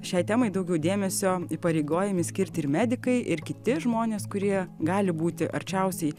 šiai temai daugiau dėmesio įpareigojami skirti ir medikai ir kiti žmonės kurie gali būti arčiausiai